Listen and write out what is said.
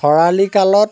খৰালি কালত